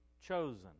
chosen